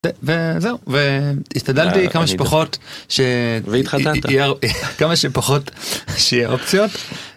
וזהו והשתדלתי כמה שפחות כמה שפחות שיהיה אופציות.